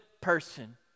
person